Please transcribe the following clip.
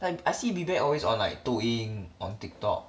like I see biback always on like 抖音 on TikTok